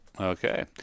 Okay